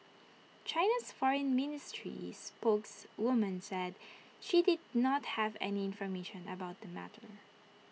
China's Foreign Ministry spokeswoman said she did not have any information about the matter